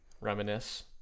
Reminisce